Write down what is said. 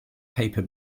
paper